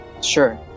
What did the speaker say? sure